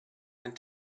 ein